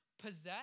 possess